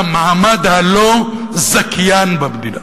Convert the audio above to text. המעמד הלא-זכיין במדינה.